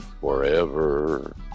forever